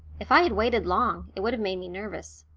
if i had waited long, it would have made me nervous.